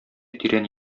тирән